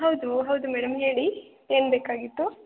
ಹೌದು ಹೌದು ಮೇಡಮ್ ಹೇಳಿ ಏನು ಬೇಕಾಗಿತ್ತು